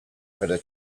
for